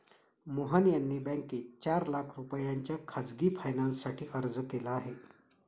मोहन यांनी बँकेत चार लाख रुपयांच्या खासगी फायनान्ससाठी अर्ज केला आहे